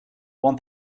one